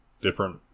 different